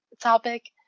topic